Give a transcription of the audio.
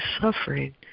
suffering